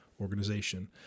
organization